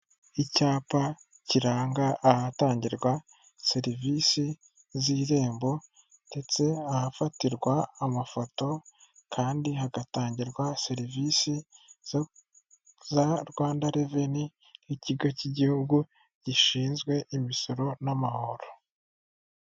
Icyapa kiranga ahatangirwa serivisi z'irembo ndetse ahafatirwa amafoto kandi hagatangirwa serivisi za Rwanda reveni, ikigo cy'igihugu gishinzwe imisoro n'amahoro.